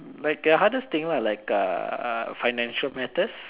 mm like a hardest thing lah like uh financial matters